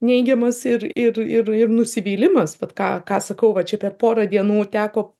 neigiamas ir ir ir ir nusivylimas vat ką ką sakau va čia per porą dienų teko